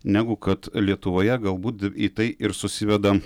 negu kad lietuvoje galbūt į tai ir susiveda